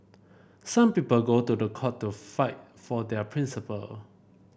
some people go to the court to fight for their principle